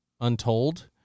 Untold